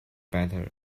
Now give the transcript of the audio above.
better